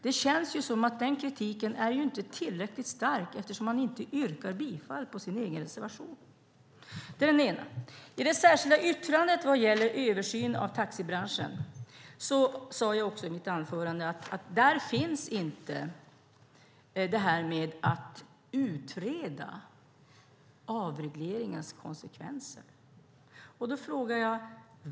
Det känns som att den kritiken inte är tillräckligt stark, eftersom hon inte yrkar bifall till sin egen reservation. Min andra fråga handlar om det särskilda yttrandet om översyn av taxibranschen. Där finns det inte med något om att utreda avregleringens konsekvenser, som jag sade i mitt anförande.